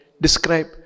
describe